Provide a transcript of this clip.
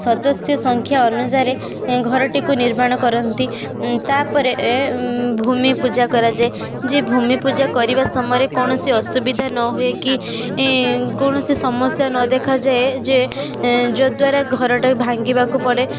ସଦସ୍ୟ ସଂଖ୍ୟା ଅନୁସାରେ ଘରଟିକୁ ନିର୍ମାଣ କରନ୍ତି ତା'ପରେ ପୂଜା କରାଯାଏ ଯେ ଭୂମି ପୂଜା କରିବା ସମୟରେ କୌଣସି ଅସୁବିଧା ନ ହୁଏ କି କୌଣସି ସମସ୍ୟା ନ ଦେଖାଯାଏ ଯେ ଯଦ୍ୱାରା ଘରଟାକୁ ଭାଙ୍ଗିବାକୁ ପଡ଼େ